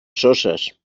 soses